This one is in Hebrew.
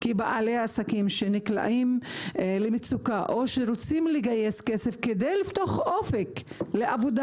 בעלי עסקים שנקלעים למצוקה או רוצים לגייס כדי לפתוח אופק לעבודה,